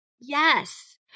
Yes